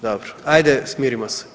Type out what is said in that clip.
Dobro, ajde smirimo se.